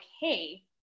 Hey